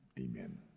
Amen